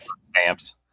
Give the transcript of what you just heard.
stamps